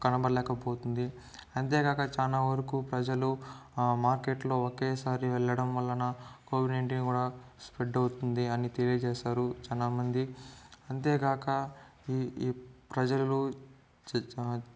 కనబడలేక పోతుంది అంతేకాక చాలా ప్రజలు మార్కెట్ లో ఒకేసారి వెళ్ళడం వలన కోవిడ్ నైన్టీన్ కూడా స్ప్రెడ్ అవుతుంది అని తెలియజేసారు చాలా మంది అంతేకాక ఈ ఈ ప్రజలు చా